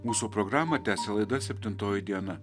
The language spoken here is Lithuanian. mūsų programą tęsia laida septintoji diena